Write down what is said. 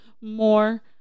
more